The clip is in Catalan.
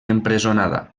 empresonada